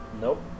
Nope